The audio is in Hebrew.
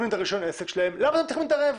רישיון עסק שלכם למה אתם צריכים להתערב?